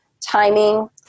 timing